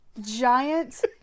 Giant